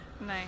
Nice